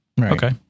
Okay